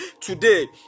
today